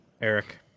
Eric